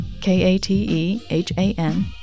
k-a-t-e-h-a-n